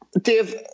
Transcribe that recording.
Dave